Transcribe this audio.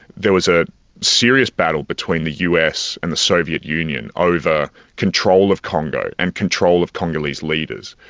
there was a serious battle between the us and the soviet union over control of congo and control of congolese leaders,